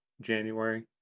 January